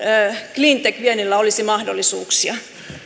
cleantech viennillä olisi mahdollisuuksia